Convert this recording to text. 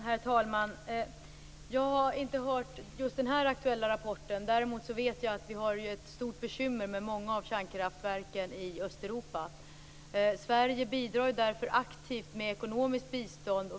Herr talman! Jag har inte hört om just den här aktuella rapporten. Däremot vet jag att vi har stora bekymmer med många av kärnkraftverken i Östeuropa. Sverige bidrar därför aktivt med ekonomiskt bistånd.